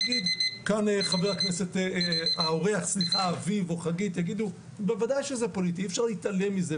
כאן האורח אביב או חגית יגידו שבוודאי שזה פוליטי ואי אפשר להתעלם מזה,